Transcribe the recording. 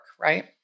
Right